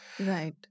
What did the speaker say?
Right